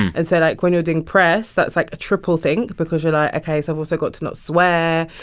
and so, like, when you're doing press, that's, like, a triple thing because you're like, ok, so i've also got to not swear.